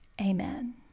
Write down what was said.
amen